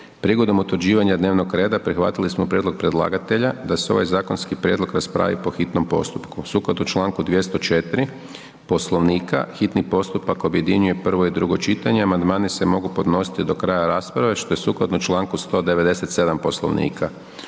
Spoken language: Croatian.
Prigodom utvrđivanja dnevnog reda prihvatili smo prijedlog predlagatelja da se ovaj zakonski prijedlog raspravi po hitnom postupku. Sukladno članku 204. Poslovnika hitni postupak objedinjuje prvo i drugo čitanje, amandmani se mogu podnositi do kraja rasprave što je sukladno članku 197. Poslovnika.